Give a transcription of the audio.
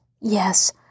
Yes